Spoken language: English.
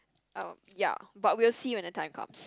oh ya but we'll see when the time comes